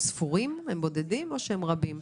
הם ספורים, הם בודדים או שהם רבים?